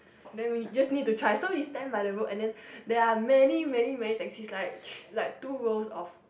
then we just need to try so we stand by the road and then there are many many many taxis like like two rows of